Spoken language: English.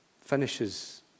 finishes